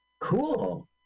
Cool